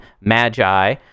magi